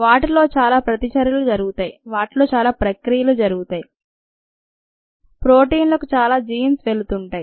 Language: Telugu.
వాటిలో చాలా ప్రతిచర్యలు జరుగుతాయి వాటిలో చాలా ప్రక్రియలు జరుగుతాయి ప్రోటీన్లకు చాలా జీన్స్ వెళుతుంటాయి